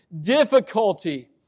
difficulty